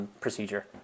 procedure